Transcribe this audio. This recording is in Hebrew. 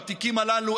בתיקים הללו,